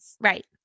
Right